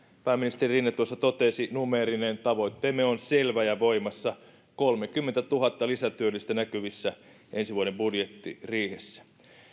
pääministeri rinne tuossa totesi numeerinen tavoitteemme on selvä ja voimassa kolmekymmentätuhatta lisätyöllistä näkyvissä ensi vuoden budjettiriihessä